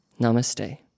Namaste